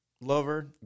lover